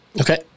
Okay